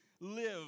live